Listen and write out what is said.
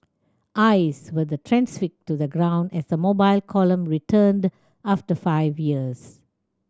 eyes were then transfixed to the ground as the Mobile Column returned after five years